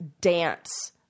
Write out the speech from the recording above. dance